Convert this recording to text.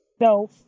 no